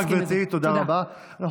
תודה רבה, גברתי.